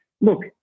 look